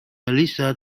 melissa